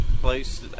place